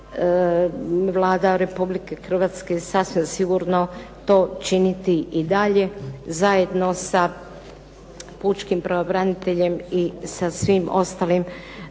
Vlada Republike Hrvatske sasvim sigurno to činiti i dalje zajedno sa pučkim pravobraniteljem i sa svim ostalim